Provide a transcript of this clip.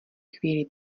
chvíli